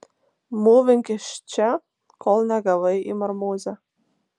mūvink iš čia kol negavai į marmūzę